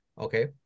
Okay